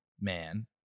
man